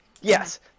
Yes